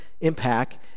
impact